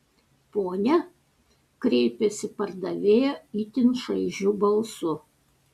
pone kreipėsi pardavėja itin šaižiu balsu